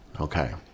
Okay